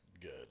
Good